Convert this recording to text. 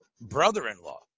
brother-in-law